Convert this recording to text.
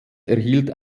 erhielt